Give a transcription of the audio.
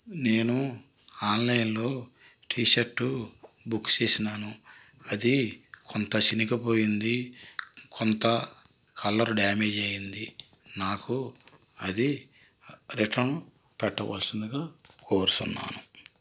నేను ఆన్లైన్లో T shirt book చేసాను అది కొంత చిరిగిపోయింది కొంత కలర్ డ్యామేజి అయ్యింది నాకు అది రిటర్న్ పెట్టవల్సిందిగా కోరుతున్నాను